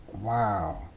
wow